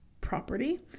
property